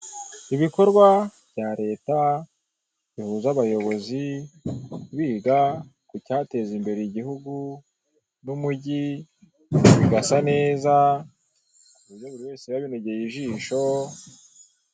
Ibikorwa bya leta bihuza abayobozi biga ku cyateza imbere igihugu n'umujyi bigasa neza ku buryo buri wese biba binogeye ijisho.